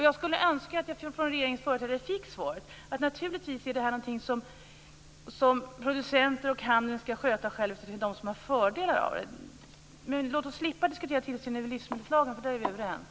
Jag skulle önska att jag från regeringens företrädare fick svaret att det här är något som naturligtvis producenter och handel skall sköta själva eftersom det är de som har fördelar av det. Låt oss slippa diskutera tillsyn över livsmedelslagen, för där är vi överens.